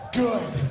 good